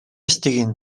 estiguin